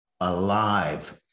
alive